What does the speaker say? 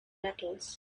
metals